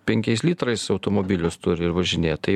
penkiais litrais automobilius turi ir važinėja tai